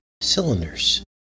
cylinders